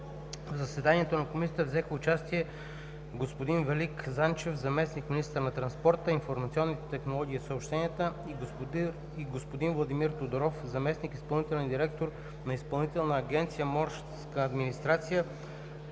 В заседанието на Комисията взеха участие господин Велик Занчев – заместник-министър на транспорта, информационните технологии и съобщенията, и господин Владимир Тодоров – заместник изпълнителен директор на Изпълнителната агенция „Морска администрация“,